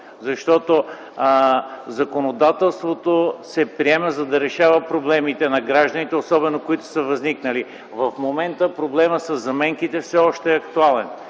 Законодателството се приема, за да решава проблемите на гражданите, особено тези, които са възникнали. В момента проблемът със заменките все още е актуален,